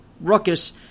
ruckus